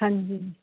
ਹਾਂਜੀ